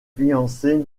fiancée